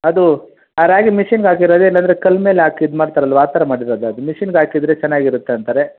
ಅದು ಆ ರಾಗಿ ಮಿಷಿನ್ಗೆ ಹಾಕಿರೋದಾ ಇಲ್ಲಂದರೆ ಕಲ್ಲ ಮೇಲೆ ಹಾಕಿ ಇದು ಮಾಡ್ತಾರಲ್ವಾ ಆ ಥರ ಮಾಡಿರೋದಾ ಅದು ಮಿಷನ್ಗೆ ಹಾಕಿದರೆ ಚೆನ್ನಾಗಿರುತ್ತೆ ಅಂತಾರೆ